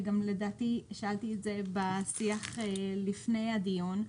ולדעתי שאלתי את זה בשיח לפני הדיון,